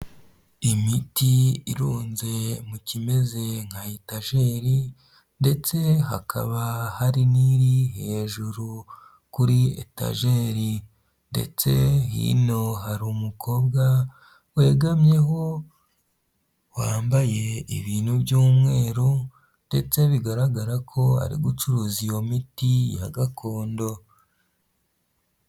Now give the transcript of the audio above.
Imiti irunze mu kimeze nka etageri ndetse hakaba hari n'iri hejuru kuri etageri ndetse yino hari umukobwa wegamyeho wambaye ibintu by'umweru ndetse bigaragara ko ari gucuruza iyo miti ya gakondo.